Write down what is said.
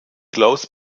klaus